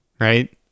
right